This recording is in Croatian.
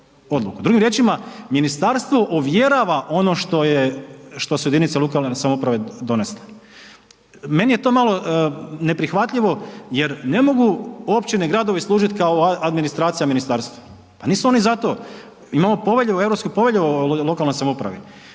Drugim riječima ministarstvo ovjerava što su jedinice lokalne samouprave donesle. Meni je to malo neprihvatljivo jer ne mogu općine i gradovi služiti kao administracija ministarstvu, pa nisu oni za to. Imamo Europsku povelju o lokalnoj samoupravi.